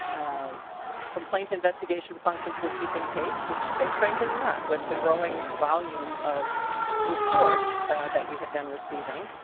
ah complaint investigation functions were keeping pace which they frankly were not with the growing volume of reports that we have been receiving.